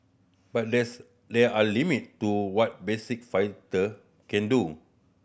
but there's there are limit to what basic filter can do